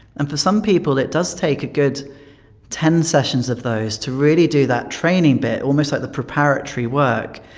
and for some people it does take a good ten sessions of those to really do that training bit, almost like the preparatory work.